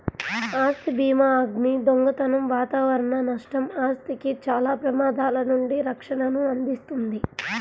ఆస్తి భీమాఅగ్ని, దొంగతనం వాతావరణ నష్టం, ఆస్తికి చాలా ప్రమాదాల నుండి రక్షణను అందిస్తుంది